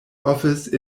office